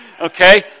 Okay